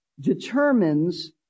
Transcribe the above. determines